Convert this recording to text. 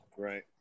Right